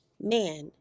Man